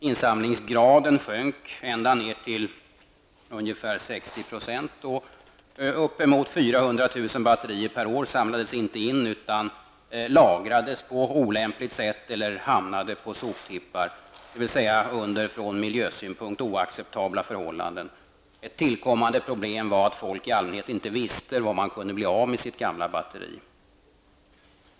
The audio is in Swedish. Insamlingsgraden sjönk ända ner till ungefär 60 % batterier per år samlades inte in utan lagrades på olämpliga sätt eller hamnade på soptippar, dvs. under från miljösynpunkt oacceptabla förhållanden. Ett tillkommande problem var att människor i allmänhet inte visste var de kunde göra av med sina gamla batterier.